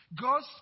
God